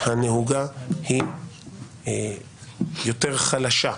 הנהוגה היא יותר חלשה.